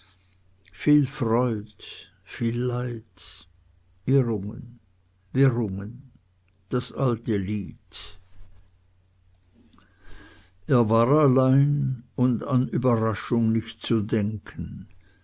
viel freud viel leid irrungen wirrungen das alte lied er war allein und an überraschung nicht zu denken